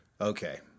Okay